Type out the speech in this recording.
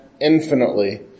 infinitely